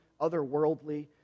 otherworldly